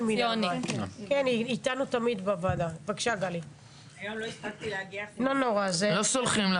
זה לא עניין של קואליציה, זה לא עניין של